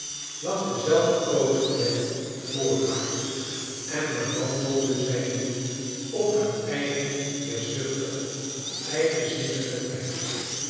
lag de zelf gekozen weg voor haar en bewandelde zij dien op haar eigen heerschzuchtige eigenzinnige wijze